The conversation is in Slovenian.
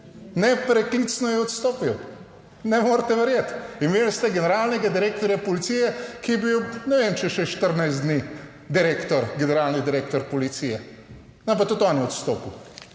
Nepreklicno je odstopil, ne morete verjeti. Imeli ste generalnega direktorja policije, ki je bil, ne vem, če je še 14 dni direktor, generalni direktor policije, pa tudi on je odstopil.